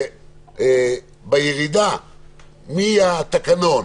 שבירידה מהתקנון,